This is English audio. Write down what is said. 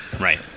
Right